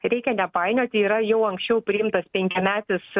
reikia nepainioti yra jau anksčiau priimtas penkiametis